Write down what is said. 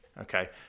okay